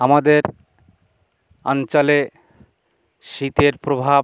আমাদের অঞ্চলে শীতের প্রভাব